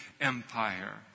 empire